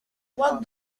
what